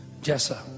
Jessa